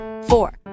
four